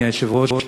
אדוני היושב-ראש,